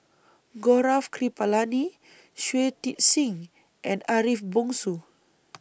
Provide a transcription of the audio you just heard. Gaurav Kripalani Shui Tit Sing and Ariff Bongso